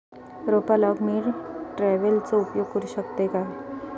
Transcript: रोपा लाऊक मी ट्रावेलचो उपयोग करू शकतय काय?